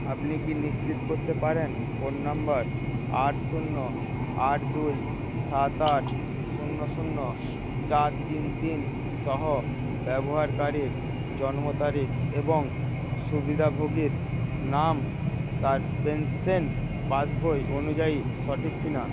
আপনি কি নিশ্চিত করতে পারেন ফোন নাম্বার আট শূন্য আট দুই সাত আট শূন্য শূন্য চার তিন তিন সহ ব্যবহারকারীর জন্মতারিখ এবং সুবিধাভোগীর নাম তার পেনশন পাসবই অনুযায়ী সঠিক কিনা